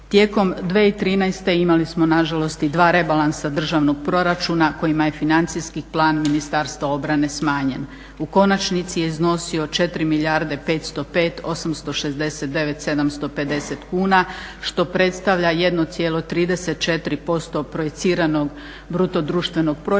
Tijekom 2013. imali smo nažalost i dva rebalansa državnog proračuna kojima je Financijski plan Ministarstva obrane smanjen. U konačnici je iznosio 4 milijarde 505 tisuća 869,750 kuna što predstavlja 1,34% projiciranog BDP-a odnosno po